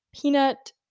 peanut